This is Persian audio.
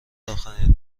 اخرین